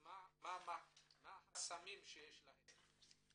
מה החסמים שיש לכם.